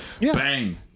bang